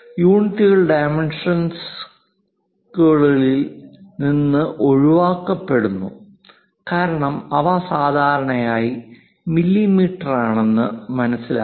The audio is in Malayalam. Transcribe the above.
യൂണിറ്റുകൾ ഡൈമെൻഷൻസ്കളിൽ നിന്ന് ഒഴിവാക്കപ്പെടുന്നു കാരണം അവ സാധാരണയായി മില്ലിമീറ്ററിലാണെന്ന് മനസ്സിലാക്കാം